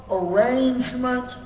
arrangement